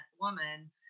woman